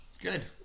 Good